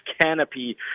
canopy